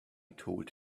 told